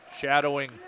shadowing